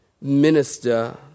minister